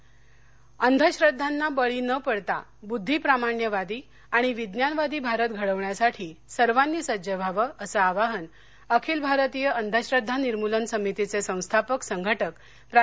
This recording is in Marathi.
श्याम मानव गडचिरोली अंधश्रद्वांना बळी न पडता बुद्धिप्रामाण्यवादी आणि विज्ञानवादी भारत घडवण्यासाठी सर्वांनी सज्ज व्हावं असं आवाहन अखिल भारतीय अंधश्रद्वा निर्मूलन समितीचे संस्थापक संघटक प्रा